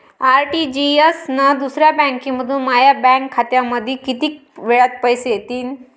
RTGS न दुसऱ्या बँकेमंधून माया बँक खात्यामंधी कितीक वेळातं पैसे येतीनं?